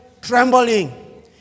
trembling